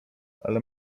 ale